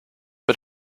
but